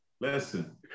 Listen